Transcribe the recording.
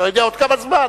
לא יודע עוד כמה זמן,